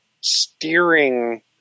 steering